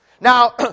Now